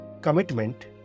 commitment